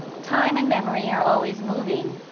time and memory are always moving,